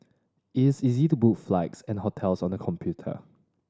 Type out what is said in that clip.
its easy to book flights and hotels on the computer